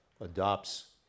adopts